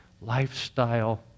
lifestyle